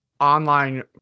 online